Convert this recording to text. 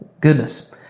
Goodness